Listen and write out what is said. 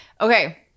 Okay